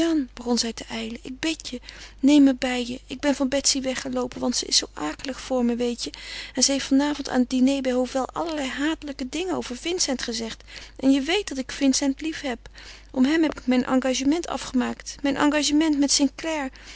ik bid je neem me bij je ik ben van betsy weggeloopen want ze is zoo akelig voor me weet je en ze heeft van avond aan het diner bij hovel allerlei hatelijke dingen over vincent gezegd en je weet dat ik vincent lief heb om hem heb ik mijn engagement afgemaakt mijn engagement met